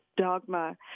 dogma